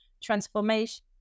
transformation